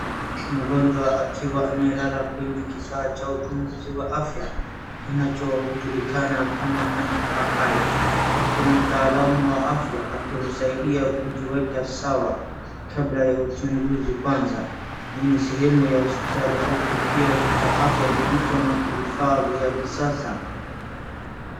Mgonjwa akiwa amelala kwenye kifaa cha uchunguzi wa afya kinachojulikana kama MRI huku mtaalamu wa afya akimsaidia kujiweka sawa kabla ya uchunguzi kuanza. Hii ni sehemu ya hospitali au tukio cha afya kilicho na vifaa vya kisasa.